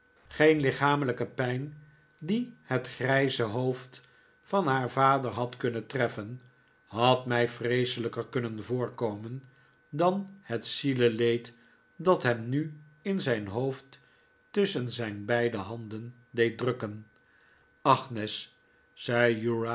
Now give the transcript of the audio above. geen lichamelijke pijn die het grijze hoofd van haar vader had kunnen treiien had mij vreeselijker kunnen voorkomen dan het zieleleed dat hem nu zijn hoofd tusschen zijn beide handen deed drukken